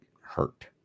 hurt